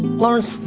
lawrence,